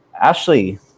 Ashley